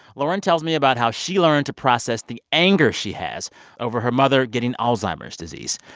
lauren tells me about how she learned to process the anger she has over her mother getting alzheimer's disease.